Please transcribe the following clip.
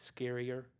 scarier